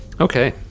Okay